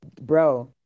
Bro